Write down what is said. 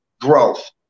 growth